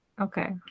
Okay